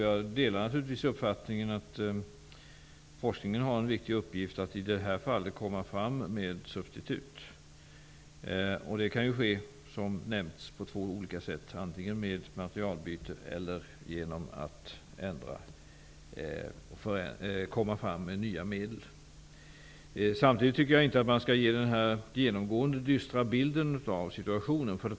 Jag delar naturligtvis uppfattningen att forskningen har en viktig uppgift att komma fram med substitut. Det kan ju ske, som nämnts, på två olika sätt, antingen med materialbyte eller genom att komma fram med nya medel. Samtidigt tycker jag inte att vi skall ge den här genomgående dystra bilden av situationen.